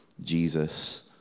Jesus